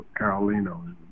Carolino